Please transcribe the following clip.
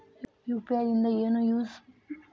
UPI ದಿಂದ ಏನು use?